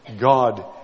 God